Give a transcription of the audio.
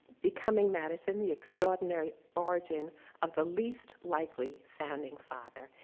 becoming madison, the extraordinary origin of the least likely founding father.